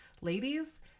Ladies